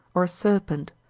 or a serpent,